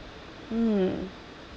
um